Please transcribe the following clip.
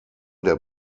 der